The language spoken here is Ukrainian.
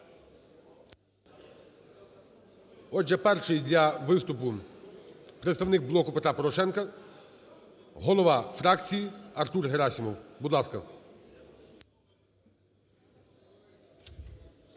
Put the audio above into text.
Отже, перший для виступу – представник "Блоку Петра Порошенка" голова фракції Артур Герасимов. Будь ласка.